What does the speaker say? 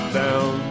down